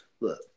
look